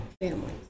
families